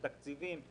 בתקציבים,